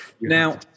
Now